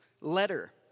letter